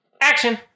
Action